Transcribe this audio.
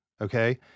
Okay